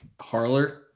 harler